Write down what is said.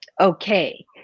okay